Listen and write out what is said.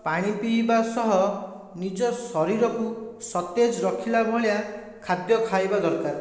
ପାଣି ପିଇବା ସହ ନିଜ ଶରୀରକୁ ସତେଜ ରଖିଲା ଭଳିଆ ଖାଦ୍ୟ ଖାଇବା ଦରକାର